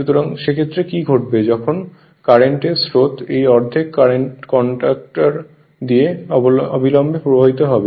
সুতরাং সেক্ষেত্রে কী ঘটবে যখন কারেন্ট এর স্রোত এই অর্ধেক কন্ডাক্টর দিয়ে অবিলম্বে প্রবাহিত হবে